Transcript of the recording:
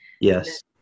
yes